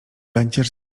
będziesz